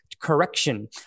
correction